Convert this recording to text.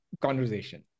conversation